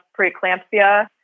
preeclampsia